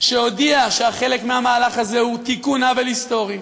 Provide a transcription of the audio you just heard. שהודיע שחלק מהמהלך הזה הוא תיקון עוול היסטורי.